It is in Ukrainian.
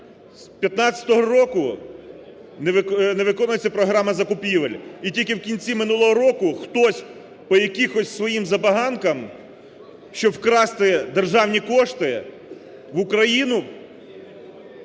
З 2015 року не виконується програма закупівель, і тільки в кінці минулого року хтось по якихось своїм забаганкам, щоб вкрасти державні кошти, в Україну